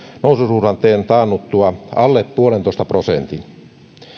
noususuhdanteen taannuttua alle yhden pilkku viiden prosentin